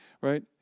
right